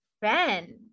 Ben